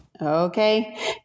Okay